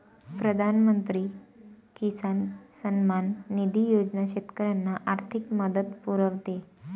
प्रधानमंत्री किसान सन्मान निधी योजना शेतकऱ्यांना आर्थिक मदत पुरवते